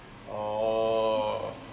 oh